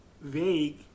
vague